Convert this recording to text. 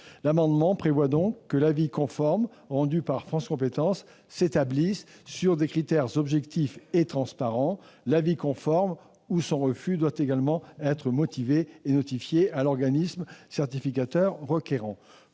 L'amendement n° 372 vise donc à ce que l'avis conforme rendu par cette commission de France compétences s'établisse sur des critères objectifs et transparents. L'avis conforme- ou son refus -doit également être motivé et notifié à l'organisme certificateur requérant.